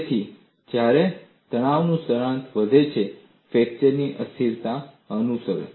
તેથી જ્યારે તણાવનું સ્તર વધે છે ફ્રેક્ચર અસ્થિરતા અનુસરશે